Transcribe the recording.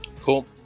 cool